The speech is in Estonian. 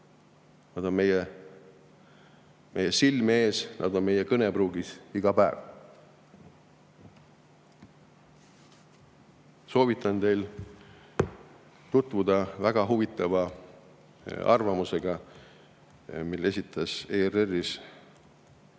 Nad on meie silme ees, nad on meie kõnepruugis iga päev. Soovitan teil tutvuda väga huvitava arvamusega, mille esitas ERR‑is